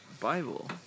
Bible